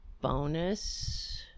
bonus